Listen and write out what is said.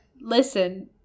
listen